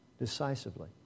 decisively